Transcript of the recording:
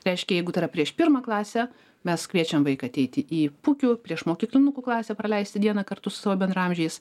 reiškia jeigu tai yra prieš pirmą klasę mes kviečiam vaiką ateiti į pukių priešmokyklinukų klasę praleisti dieną kartu su savo bendraamžiais